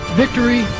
victory